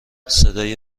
صدای